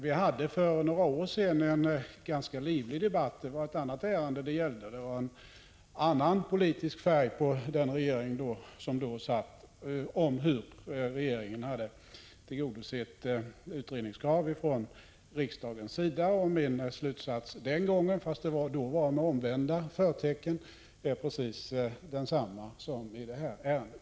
Vi hade för några år sedan en ganska livlig debatt — då var det en annan politisk färg på regeringen — om hur regeringen hade tillgodosett utrednings krav från riksdagen. Majoritetens slutsats den gången — fast det då var med omvända förtecken — är precis densamma som i det här ärendet.